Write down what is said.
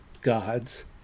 God's